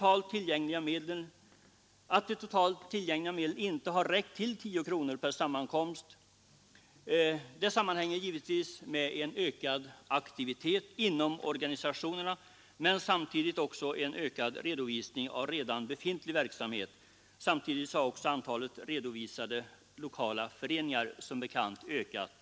Att de totalt tillgängliga medlen inte räckt till 10 kronor per sammankomst sammanhänger givetvis med en ökad aktivitet inom organisationerna men samtidigt med en ökad redovisning av redan befintlig verksamhet. Samtidigt har antalet redovisande lokala föreningar som bekant ökat.